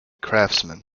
craftsman